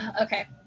okay